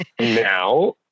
now